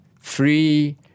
free